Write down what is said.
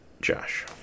Josh